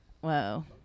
Whoa